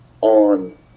on